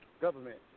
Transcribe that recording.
government